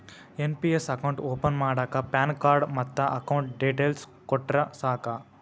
NPS account open ಮಾಡಾಕ pan card ಮತ್ತ account details ಕೊಟ್ರ ಸಾಕ